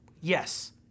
yes